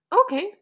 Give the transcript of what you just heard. okay